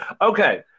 okay